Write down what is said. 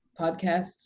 podcast